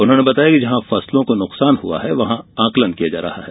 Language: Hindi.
उन्होंने बताया कि जहां फसलों को नुकसान हुआ है वहां आकलन किया जा रहा है